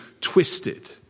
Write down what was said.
twisted